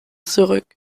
zurück